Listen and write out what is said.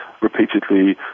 repeatedly